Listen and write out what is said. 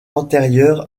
antérieure